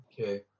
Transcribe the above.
Okay